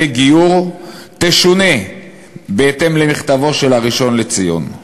גיור תשונה בהתאם למכתבו של הראשון לציון";